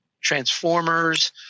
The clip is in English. Transformers